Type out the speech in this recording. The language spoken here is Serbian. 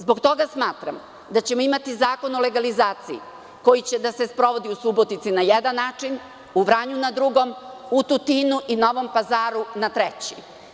Zbog toga smatram da ćemo imati zakon o legalizaciji koji će da se sprovodi u Subotici na jedan način, u Vranju na drugi, a u Tutinu i Novom Pazaru na treći.